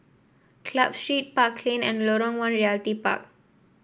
Club Street Park Lane and Lorong One Realty Park